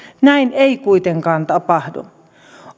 näin ei kuitenkaan tapahdu